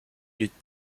lutte